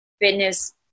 fitness